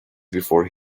before